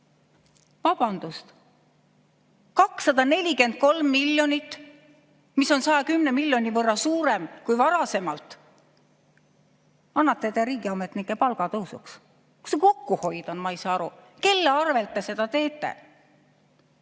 Vabandust! 243 miljonit, mida on 110 miljoni võrra rohkem kui varasemalt, annate te riigiametnike palga tõusuks. Kus see kokkuhoid on, ma ei saa aru? Kelle arvel te seda teete?